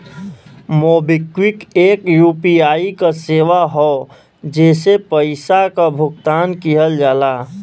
MobiKwik एक UPI क सेवा हौ जेसे पइसा क भुगतान किहल जाला